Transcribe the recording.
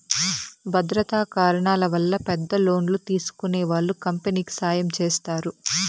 భద్రతా కారణాల వల్ల పెద్ద లోన్లు తీసుకునే వాళ్ళు కంపెనీకి సాయం చేస్తారు